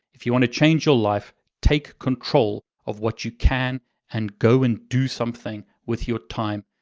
if you want to change your life, take control of what you can and go and do something with your time.